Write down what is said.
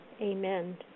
Amen